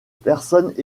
personnes